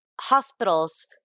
hospitals